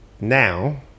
now